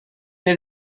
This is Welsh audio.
neu